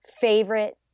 favorite